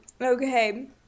Okay